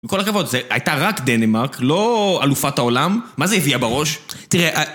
מכל הכבוד, זה הייתה רק דנמרק, לא אלופת העולם, מה זה הביאה בראש?